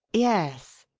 yes,